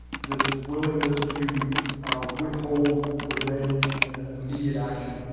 this willingness to withhold revenge immediate action,